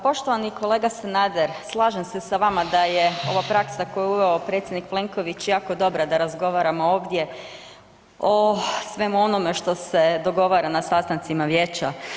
Poštovani kolega Sanader, slažem se sa vama da je ova praksa koju je uveo predsjednik Plenković jako dobra da razgovaramo ovdje o svemu onome što se dogovara na sastancima vijeća.